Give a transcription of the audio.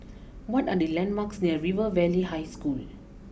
what are the landmarks near River Valley High School